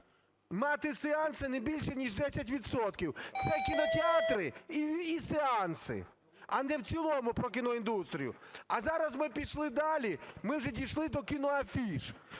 мати сеанси не більше ніж 10 відсотків, це кінотеатри і сеанси, а не в цілому про кіноіндустрію. А зараз ми пішли далі. Ми вже дійшли до кіноафіш.